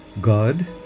God